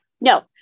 No